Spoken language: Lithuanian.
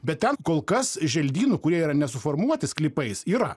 bet ten kol kas želdynų kurie yra nesuformuoti sklypais yra